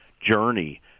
journey